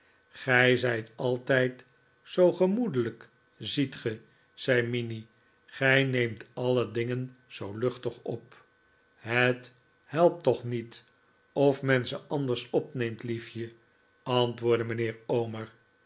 zijt altijd zoo gemoedelijk ziet ge zei minnie gij neemt alle dingen zoo luchtig op het helpt toch niet of men ze anders opneemt liefje antwoordde mijnheer omer